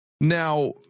Now